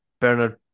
Bernard